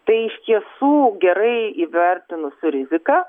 tai iš tiesų gerai įvertinus riziką